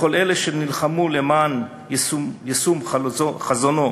לכל אלה שנלחמו למען יישום חזונו